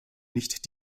nicht